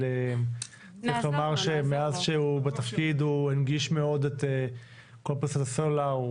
אבל מאז שהוא בתפקיד הוא הנגיש מאוד את כל נושא הסלולר,